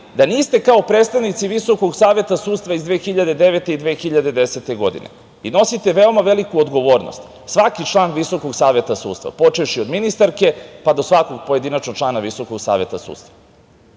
da niste kao predstavnici Visokog saveta sudstva iz 2009. i 2010. godine i nosite veoma veliku odgovornost, svaki član Visokog saveta sudstva, počevši od ministarke, pa do svakog pojedinačno člana Visokog saveta sudstva. Znate,